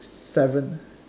seven